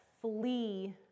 flee